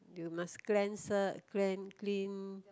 you must cleanser clan clean